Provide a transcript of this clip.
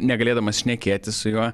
negalėdamas šnekėtis su juo